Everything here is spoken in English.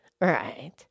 Right